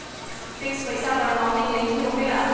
Fix पईसा पर nominee name भी होकेला?